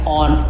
on